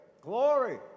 glory